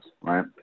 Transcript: right